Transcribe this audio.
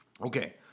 Okay